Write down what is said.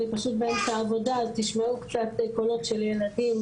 אני פשוט באמצע העבודה אז תשמעו קצת קולות של ילדים.